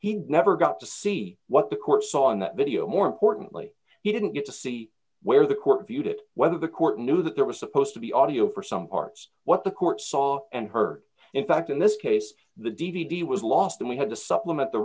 he never got to see what the court saw in that video more importantly he didn't get to see where the court viewed it whether the court knew that there was supposed to be audio for some parts what the court saw and heard in fact in this case the d v d was lost and we had to supplement the